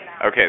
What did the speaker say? Okay